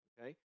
okay